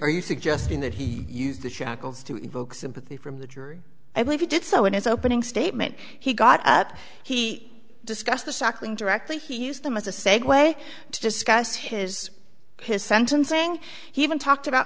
are you suggesting that he used the shackles to evoke sympathy from the jury i believe he did so in his opening statement he got up he discussed the cycling directly he used them as a segue to discuss his his sentencing he even talked about